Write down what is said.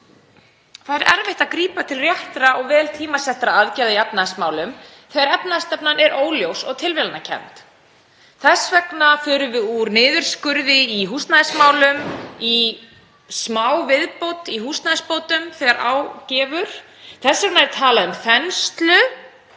Það er erfitt að grípa til réttra og vel tímasettra aðgerða í efnahagsmálum þegar efnahagsstefnan er óljós og tilviljunarkennd. Þess vegna förum við úr niðurskurði í húsnæðismálum í smáviðbót í húsnæðisbótum þegar á gefur. Þess vegna er talað um þenslu